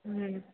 ம்